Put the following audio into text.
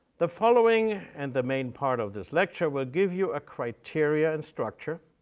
the following and the main part of this lecture will give you a criteria and structure,